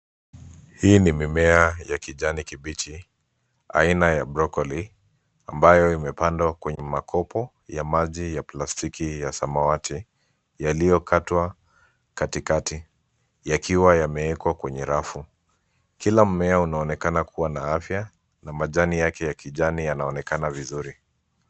Hii ni mimea ya kijani kibichi aina ya brocoli ambayo imepandwa kwenye makopo ya maji ya plastiki ya samawati, yaliyokatwa kwa katikati yakiwa yamewekwa kwenye rafu, kila mmea unaonekana kuwa na afya na majani yake ya kijani yanaonekana vizuri.